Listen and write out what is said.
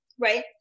right